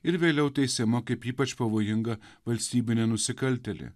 ir vėliau teisiama kaip ypač pavojinga valstybinė nusikaltėlė